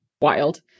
wild